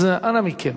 אז אנא מכם.